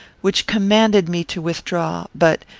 which commanded me to withdraw but,